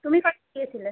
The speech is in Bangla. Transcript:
তুমি ক দিন গিয়েছিলে